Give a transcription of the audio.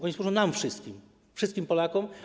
Oni służą nam wszystkim, wszystkim Polakom.